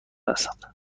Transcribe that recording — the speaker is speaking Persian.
هستند